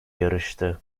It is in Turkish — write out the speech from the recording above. yarıştı